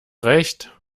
recht